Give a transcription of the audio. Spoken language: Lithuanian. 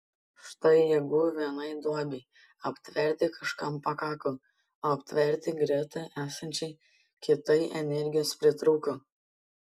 štai jėgų vienai duobei aptverti kažkam pakako o aptverti greta esančiai kitai energijos pritrūko